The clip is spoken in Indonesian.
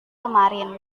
kemarin